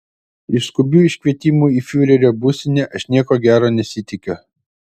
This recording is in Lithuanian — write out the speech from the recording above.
iš skubių iškvietimų į fiurerio būstinę aš nieko gero nesitikiu